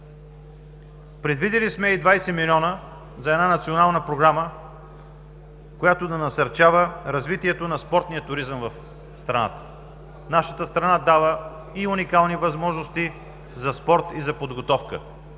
Предвидили сме и 20 милиона за една национална програма, която да насърчава развитието на спортния туризъм в страната. Нашата страна дава и уникални възможности за спорт и за подготовка